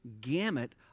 gamut